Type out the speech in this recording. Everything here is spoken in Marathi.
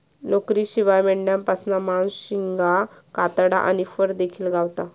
लोकरीशिवाय मेंढ्यांपासना मांस, शिंगा, कातडा आणि फर देखिल गावता